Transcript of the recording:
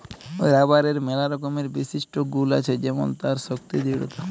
রাবারের ম্যালা রকমের বিশিষ্ট গুল আছে যেমল তার শক্তি দৃঢ়তা